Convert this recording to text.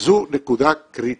זו נקודה קריטית.